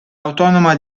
autonoma